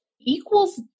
equals